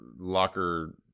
locker